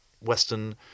Western